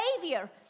Savior